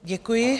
Děkuji.